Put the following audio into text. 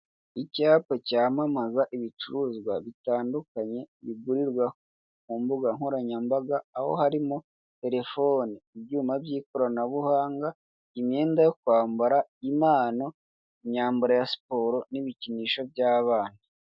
Icyapa cyamamaza ibicuruzwa bitandukanye bigurirwa ku mbuga nkoranyambaga, aho harimo telefoni, ibyuma by'ikoranabuhanga, imyenda yo kwambara, impano, imyambaro ya siporo n'ibikinisho by'abana.